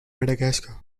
madagascar